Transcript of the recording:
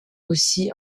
aussi